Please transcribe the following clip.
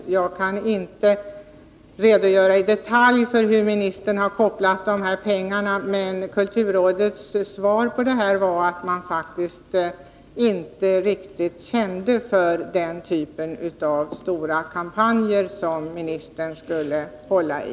Jag kan inte i detalj redogöra för hur ministern har kopplat dessa pengar till kampanjen. Men kulturrådets svar var att man faktiskt inte riktigt kände för den typen av stora kampanjer, som ministern skulle hålla i.